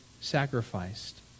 sacrificed